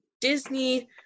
Disney